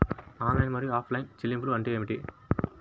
Online మరియు offline చెల్లింపులు అంటే ఏమిటి?